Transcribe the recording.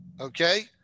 okay